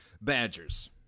Badgers